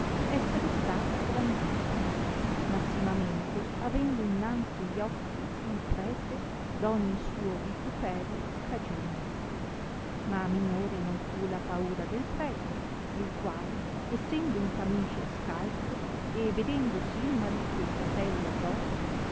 essere stata grandissima massimamente avendo innanzi gli occhi il prete d'ogni suo vituperio cagione ma minore non fu la paura del prete il quale essendo in camiscia e scalzo e vedendosi il marito e i fratelli addosso